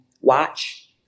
watch